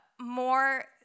more